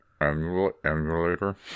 Emulator